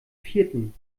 vierten